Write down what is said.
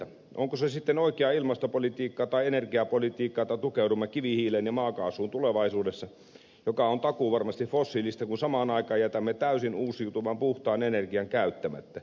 onko se sitten oikeaa ilmastopolitiikkaa tai energiapolitiikkaa että tukeudumme kivihiileen ja maakaasuun tulevaisuudessa joka on takuuvarmasti fossiilista kun samaan aikaan jätämme täysin uusiutuvan puhtaan energian käyttämättä